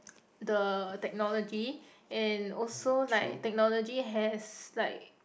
the technology and also like technology has like